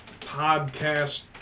podcast